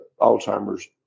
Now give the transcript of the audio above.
Alzheimer's